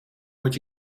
moet